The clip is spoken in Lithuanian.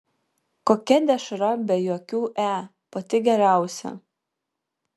kokia dešra be jokių e pati geriausia